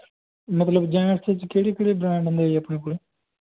ਮਤਲਬ ਜੈਂਟਸ 'ਚ ਕਿਹੜੇ ਕਿਹੜੇ ਬ੍ਰੈਂਡ ਹੁੰਦੇ ਜੀ ਆਪਣੇ ਕੋਲ